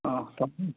অঁ